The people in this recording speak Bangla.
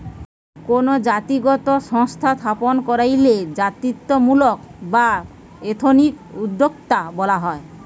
কোনো জাতিগত সংস্থা স্থাপন কইরলে জাতিত্বমূলক বা এথনিক উদ্যোক্তা বলা হয়